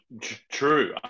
True